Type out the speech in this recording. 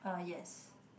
uh yes